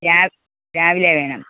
രാ രാവിലേ വേണം